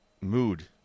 mood